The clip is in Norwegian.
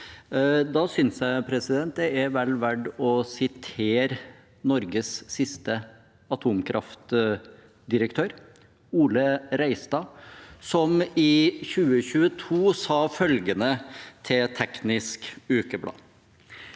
Da synes jeg det er vel verdt å referere til Norges siste atomkraftdirektør, Ole Reistad, som i 2022 sa følgende til Teknisk Ukeblad: